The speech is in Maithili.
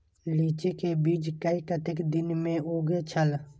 लीची के बीज कै कतेक दिन में उगे छल?